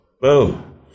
Boom